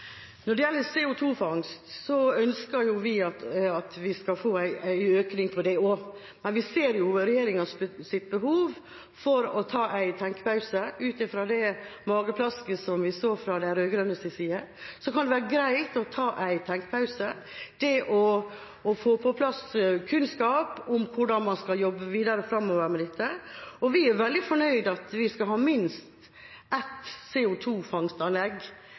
ønsker vi at dette skal økes, men vi ser jo regjeringas behov for å ta en tenkepause – etter det mageplasket vi så på den rød-grønne siden. Så kan det være greit å ta en tenkepause og få på plass kunnskap om hvordan man skal jobbe videre fremover med dette. Vi er veldig fornøyd med at vi skal ha minst ett